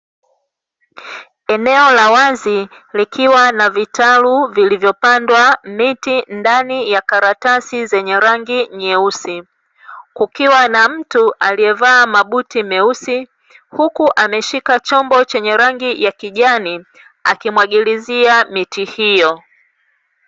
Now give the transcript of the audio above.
Eneo la wazi likiwa na vitalu vilivyopandwa miti ndani ya karatasi zenye rangi nyeusi, kukiwa na mtu aliyevaa mabuti meusi, huku ameshika chombo chenye rangi ya kijani, akimwagilizia miti hiyo.